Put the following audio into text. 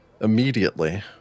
immediately